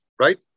right